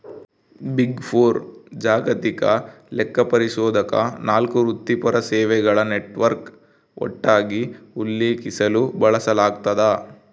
big four ಜಾಗತಿಕ ಲೆಕ್ಕಪರಿಶೋಧಕ ನಾಲ್ಕು ವೃತ್ತಿಪರ ಸೇವೆಗಳ ನೆಟ್ವರ್ಕ್ ಒಟ್ಟಾಗಿ ಉಲ್ಲೇಖಿಸಲು ಬಳಸಲಾಗ್ತದ